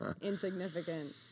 insignificant